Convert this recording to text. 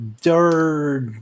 dirt